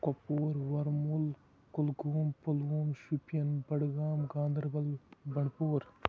Kupwara Varmul Kulgam Pulwama Shopian Budgam Ganderbal Bandipora